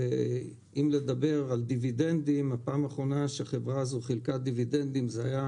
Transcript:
אם לדבר על דיבידנדים הפעם האחרונה שהחברה הזאת חילקה דיבידנדים הייתה